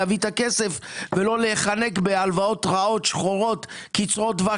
להביא את הכסף ולא להיחנק בהלוואות רעות שחורות קצרות טווח